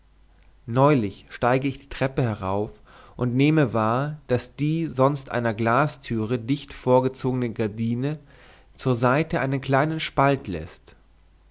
neulich steige ich die treppe herauf und nehme wahr daß die sonst einer glastüre dicht vorgezogene gardine zur seite einen kleinen spalt läßt